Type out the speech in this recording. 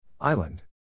Island